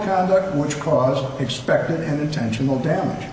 conduct which caused the expected and intentional damage